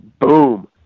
boom